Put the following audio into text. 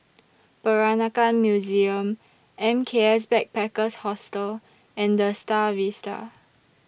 Peranakan Museum M K S Backpackers Hostel and The STAR Vista